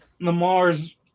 Lamar's